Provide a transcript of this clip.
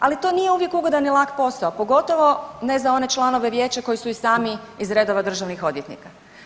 Ali to nije uvijek ugodan i lak posao, pogotovo ne za one članove vijeća koji su i sami iz redova državnih odvjetnika.